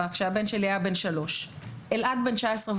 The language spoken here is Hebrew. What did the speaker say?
כשבן שלי היה בן 3. אלעד בן 19.5,